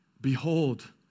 Behold